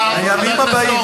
אני מקווה שהימים הבאים,